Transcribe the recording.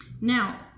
Now